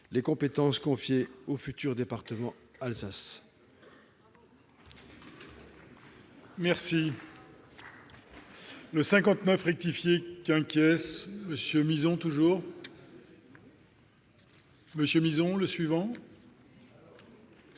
les compétences confiées au futur département d'Alsace.